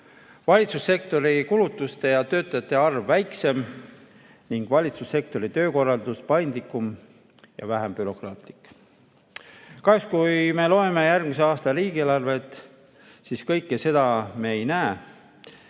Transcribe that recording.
valitsussektori kulutuste ja töötajate arv väiksem ning valitsussektori töökorraldus paindlikum ja vähem bürokraatlik. Kui me loeme järgmise aasta riigieelarvet, siis kahjuks kõike seda me ei näe.